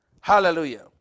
Hallelujah